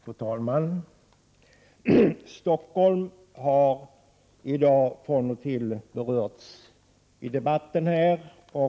Fru talman! Stockholm har från och till berörts i dagens debatt.